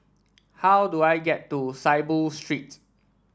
how do I get to Saiboo Street